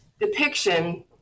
depiction